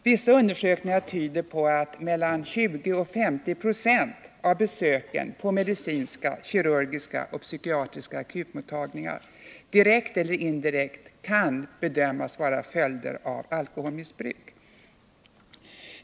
Vissa undersökningar tyder på att mellan 20 och 50 926 av besöken på medicinska, kirurgiska och psykiatriska akutmottagningar direkt eller indirekt kan bedömas vara följder av alkoholmissbruk.